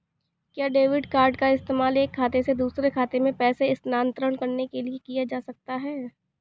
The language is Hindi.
क्या डेबिट कार्ड का इस्तेमाल एक खाते से दूसरे खाते में पैसे स्थानांतरण करने के लिए किया जा सकता है?